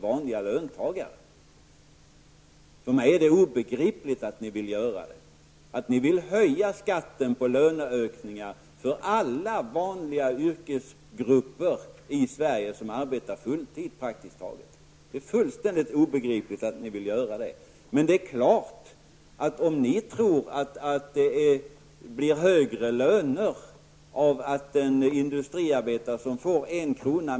För mig är det obegripligt att ni vill göra det och att ni vill höja skatten på löneökningar för alla vanliga yrkesgrupper i Sverige som arbetar full tid. Det är fullständigt obegripligt att ni vill göra det. Men det är klart att om ni tror att det blir högre reallöner om en industriarbetare som får 1 kr.